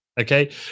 Okay